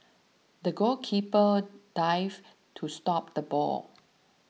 the goalkeeper dived to stop the ball